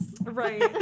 Right